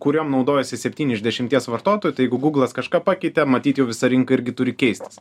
kuriom naudojasi septyni iš dešimties vartotojų tai jeigu guglas kažką pakeitė matyt jau visa rinka irgi turi keistis